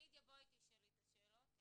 לידיה, בואי תשאלי את השאלות.